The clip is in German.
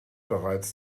bereits